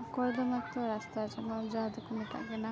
ᱚᱠᱚᱭ ᱫᱚ ᱡᱟᱦᱟᱸ ᱫᱚᱠᱚ ᱢᱮᱛᱟᱜ ᱠᱟᱱᱟ